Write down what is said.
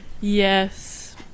Yes